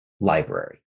library